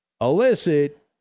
illicit